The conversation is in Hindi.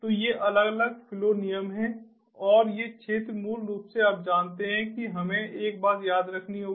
तो ये अलग अलग फ्लो नियम हैं और ये क्षेत्र मूल रूप से आप जानते हैं कि हमें एक बात याद रखनी होगी